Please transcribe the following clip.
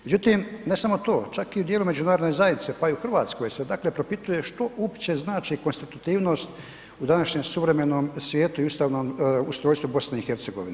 Međutim, ne samo to čak i u dijelu međunarodne zajednice, pa i u Hrvatskoj se dakle propituje što uopće znači konstitutivnost u današnjem suvremenom svijetu i ustavnom ustrojstvu BiH.